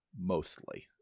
mostly